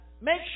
make